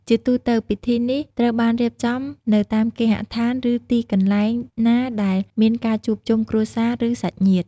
ជាទូទៅ ពិធីនេះត្រូវបានរៀបចំនៅតាមគេហដ្ឋាន ឬទីកន្លែងណាដែលមានការជួបជុំគ្រួសារឬសាច់ញាតិ។